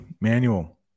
manual